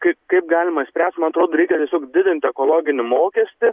kaip kaip galima spręst man atrodo reikia tiesiog didinti ekologinį mokestį